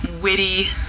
witty